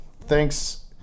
Thanks